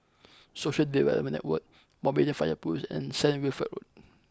Social Development Network Mountbatten Fire Post and Saint Wilfred Road